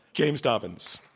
james dobbins.